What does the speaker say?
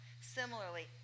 Similarly